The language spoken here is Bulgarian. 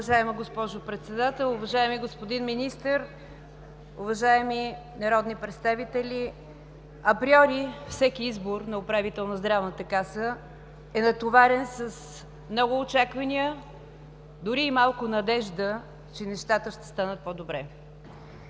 Уважаема госпожо Председател, уважаеми господин Министър, уважаеми народни представители! Априори всеки избор на управител на Здравната каса е натоварен с много очаквания, дори и малко надежда, че нещата ще станат по добре.